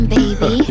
baby